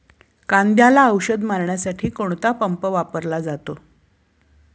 कांद्याला औषध मारण्यासाठी कोणता पंप वापरला जातो?